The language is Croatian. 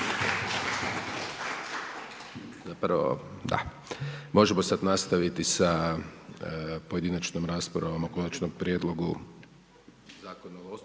Zapravo da. Možemo sad nastaviti sa pojedinačnom raspravom o Konačnom prijedlogu Zakona o